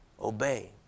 Obey